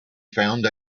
found